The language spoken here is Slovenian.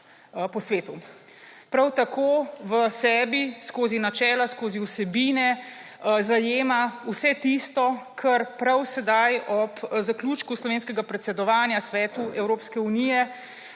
po svetu. Prav tako v sebi skozi načela, skozi vsebine zajema vse tisto, kar prav sedaj, ob zaključku slovenskega predsedovanja Svetu Evropske unije